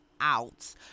out